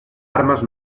armes